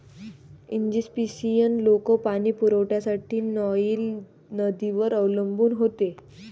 Egyptian लोक पाणी पुरवठ्यासाठी नाईल नदीवर अवलंबून होते